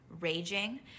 raging